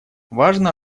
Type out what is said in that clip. важно